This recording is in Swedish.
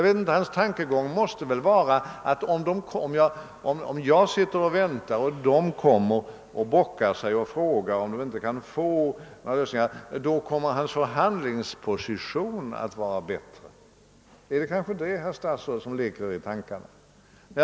Herr Wickmans tankegång måste vara den, att om hän sitter och väntar till' dess att varvsherrarna kommer och bockar sig med olika förslag och frågar om de inte kan få litet ökningar på subventionerna, så blir herr Wickmans förhandlingsposition bättre. är det kanske det som 1leker Er i tankarna, herr statsråd?